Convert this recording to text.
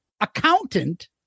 accountant